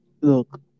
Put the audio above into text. Look